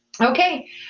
Okay